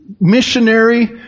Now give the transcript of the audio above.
missionary